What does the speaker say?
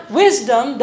wisdom